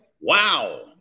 Wow